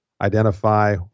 identify